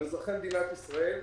הם אזרחי מדינת ישראל,